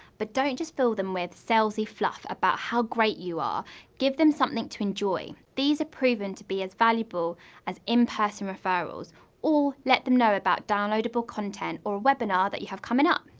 but don't just fill them with sales-y fluff about how great you are give them something to enjoy! these are proven to be as valuable as in-person referrals or let them know about downloadable content, or a webinar that you have coming up.